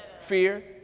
fear